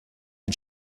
you